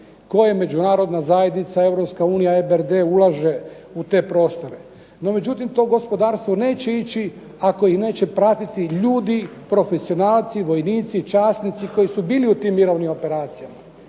koje Međunarodna zajednica, Europska unija, EBRD ulaže u te prostore. No međutim, to gospodarstvo neće ići ako ih neće pratiti ljudi, profesionalci, vojnici, časnici koji su bili u tim mirovnim operacijama.